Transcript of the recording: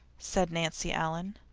said nancy ellen.